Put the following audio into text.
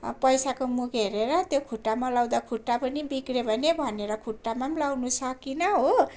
पैसाको मुख हेरेर त्यो खुट्टामा लगाउँदा खुट्टा पनि बिग्रियो भने भनेर खुट्टामा पनि लगाउन सकिनँ हो